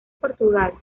portugal